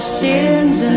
sins